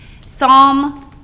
Psalm